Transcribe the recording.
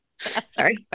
Sorry